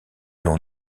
l’on